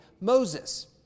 Moses